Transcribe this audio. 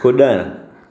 कुड॒णु